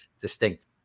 distinct